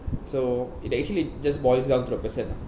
so it actually just boils down to the person lah